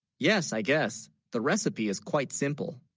yes i guess the recipe is quite simple